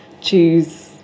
choose